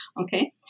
Okay